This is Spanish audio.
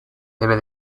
debe